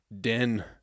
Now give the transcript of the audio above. den